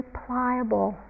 pliable